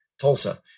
Tulsa